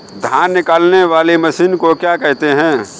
धान निकालने वाली मशीन को क्या कहते हैं?